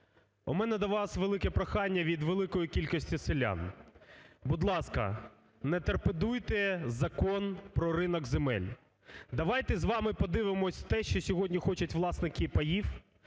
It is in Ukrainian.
у мене до вас велике прохання від великої кількості селян. Будь ласка, не торпедуйте Закон про ринок земель. Давайте з вами подивимося те, що сьогодні хочуть власники паїв,